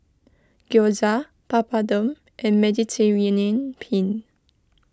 Gyoza Papadum and Mediterranean Penne